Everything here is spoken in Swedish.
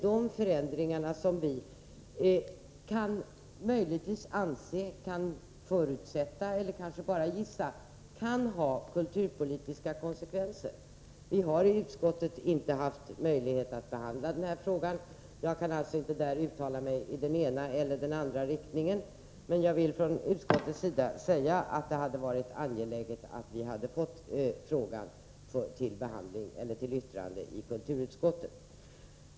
Vi förutsätter — eller gissar — att dessa förändringar kan få kulturpolitiska konsekvenser. Vi har inte haft möjlighet att behandla den här frågan i utskottet. Jag kan därför inte uttala mig i den ena eller den andra riktningen, men jag vill från utskottets sida säga att det hade varit bra, om vi hade fått frågan i kulturutskottet för yttrande. Herr talman!